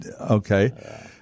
Okay